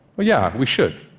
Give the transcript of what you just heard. well, yeah, we should.